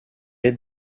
est